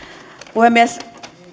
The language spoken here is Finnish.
puhemies